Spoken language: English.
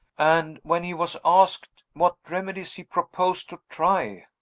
and when he was asked what remedies he proposed to try,